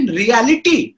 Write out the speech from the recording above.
reality